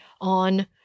on